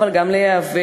אבל גם להיאבק,